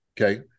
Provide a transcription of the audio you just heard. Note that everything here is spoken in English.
Okay